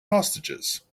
hostages